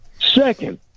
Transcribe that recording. Second